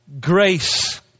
grace